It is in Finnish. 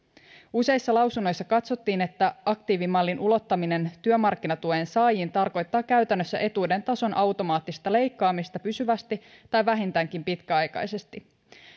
useissa lausunnoissa katsottiin että aktiivimallin ulottaminen työmarkkinatuen saajiin tarkoittaa käytännössä etuuden tason automaattista leikkaamista pysyvästi tai vähintäänkin pitkäaikaisesti